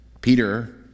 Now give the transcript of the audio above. Peter